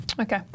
Okay